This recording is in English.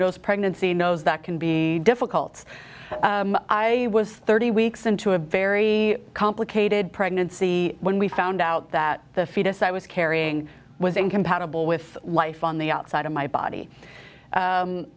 knows pregnancy knows that can be difficult i was thirty weeks into a very complicated pregnancy when we found out that the fetus i was carrying was incompatible with life on the outside of my body